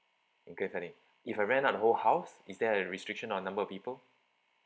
if I rent out the whole house is there a restriction on number of people